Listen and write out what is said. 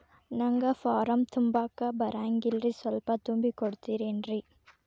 ನಂಗ ಫಾರಂ ತುಂಬಾಕ ಬರಂಗಿಲ್ರಿ ಸ್ವಲ್ಪ ತುಂಬಿ ಕೊಡ್ತಿರೇನ್ರಿ?